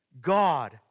God